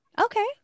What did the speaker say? Okay